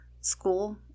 school